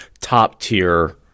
top-tier